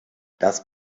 das